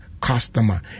customer